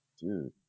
Dude